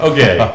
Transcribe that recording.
Okay